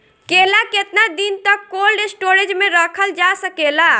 केला केतना दिन तक कोल्ड स्टोरेज में रखल जा सकेला?